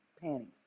panties